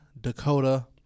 Dakota